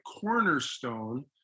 cornerstone